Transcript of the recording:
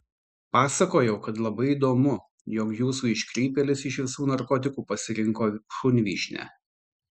pasakojau kad labai įdomu jog jūsų iškrypėlis iš visų narkotikų pasirinko šunvyšnę